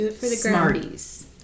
Smarties